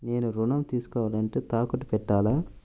నేను ఋణం తీసుకోవాలంటే తాకట్టు పెట్టాలా?